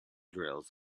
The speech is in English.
drills